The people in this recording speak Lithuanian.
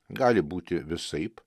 gali būti visaip